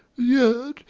yet,